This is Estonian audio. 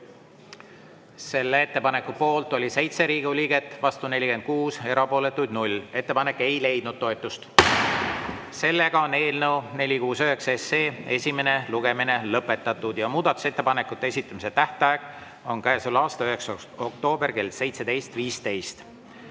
Selle ettepaneku poolt oli 7 Riigikogu liiget, vastu 46, erapooletuid 0. Ettepanek ei leidnud toetust. Eelnõu 469 esimene lugemine on lõpetatud ja muudatusettepanekute esitamise tähtaeg on käesoleva aasta 9. oktoober kell 17.15.